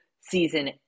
Season